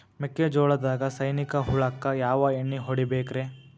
ಮೆಕ್ಕಿಜೋಳದಾಗ ಸೈನಿಕ ಹುಳಕ್ಕ ಯಾವ ಎಣ್ಣಿ ಹೊಡಿಬೇಕ್ರೇ?